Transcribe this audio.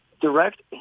direct